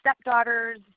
stepdaughters